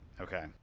Okay